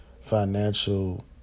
financial